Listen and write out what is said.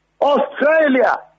Australia